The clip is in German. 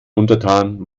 untertan